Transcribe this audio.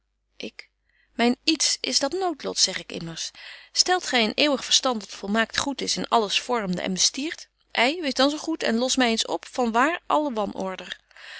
ik myn iets is dat noodlot zeg ik immers stelt gy een eeuwig verstand dat volmaakt goed is en alles vormde en bestiert ei wees dan zo goed en los my eens op van waar alle wan order